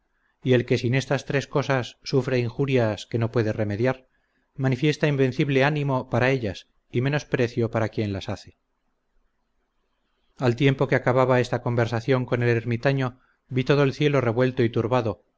y el que sin estas tres cosas sufre injurias que no puede remediar manifiesta invencible ánimo para ellas y menosprecio para quien las hace al tiempo que acababa esta conversación con el ermitaño vi todo el cielo revuelto y turbado